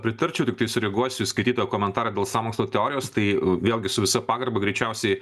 pritarčiau tiktai sureaguosiu į skaitytą komentarą dėl sąmokslo teorijos tai vėlgi su visa pagarba greičiausiai